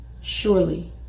Surely